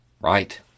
Right